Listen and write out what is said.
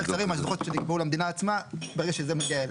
קצרים מהלוחות שנקבעו למדינה עצמה ברגע שזה מגיע אליה.